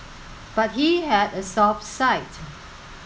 but he had a soft side